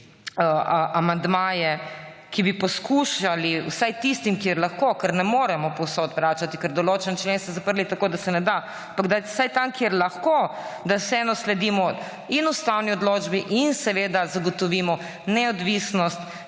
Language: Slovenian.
amandmaje, ki bi poskušali vsaj tistim, ki jim lahko, ker ne moremo povsod vračati – ker ste določene člene zaprli tako, da se ne da – da vsaj tam, kjer lahko, vseeno sledimo ustavni odločbi in zagotovimo neodvisnost